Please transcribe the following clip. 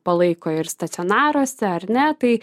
palaiko ir stacionaruose ar ne tai